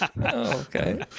Okay